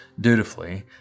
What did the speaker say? dutifully